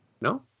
No